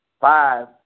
five